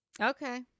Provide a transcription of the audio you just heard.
Okay